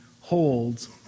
holds